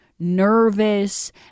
nervous